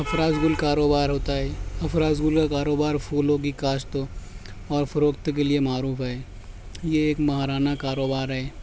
افرازگل کا کاروبار ہوتا ہے افرازگل کا کاروبار پھولوں کی کاشت ہو اور فروخت کے لئے معروف ہے یہ ایک ماہرانا کاروبار ہے